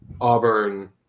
Auburn